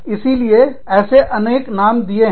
इसीलिए इसे अनेकों नाम दिए गए हैं